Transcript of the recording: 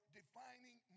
defining